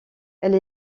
elle